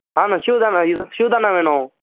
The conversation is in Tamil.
ஆண்ணா ஷூ தான்ணா இது ஷூ தான்ணா வேணும்